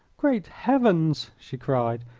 great heavens! she cried,